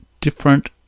different